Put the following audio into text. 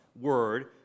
word